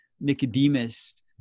nicodemus